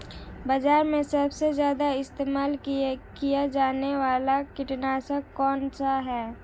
बाज़ार में सबसे ज़्यादा इस्तेमाल किया जाने वाला कीटनाशक कौनसा है?